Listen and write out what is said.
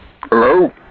Hello